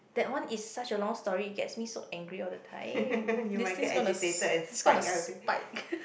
that one is such a long story it gets me so angry all the time this thing is gonna is gonna spike